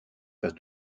pas